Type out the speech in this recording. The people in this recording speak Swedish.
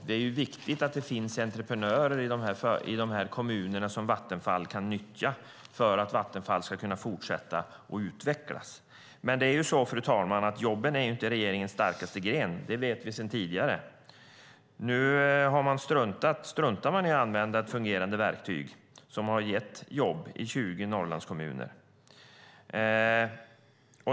Det är viktigt att det finns entreprenörer i dessa kommuner som Vattenfall kan nyttja för att Vattenfall ska kunna fortsätta att utvecklas. Men jobben är inte regeringens starkaste gren. Det vet vi sedan tidigare. Nu struntar man i att använda ett fungerande verktyg som har gett jobb i 20 Norrlandskommuner.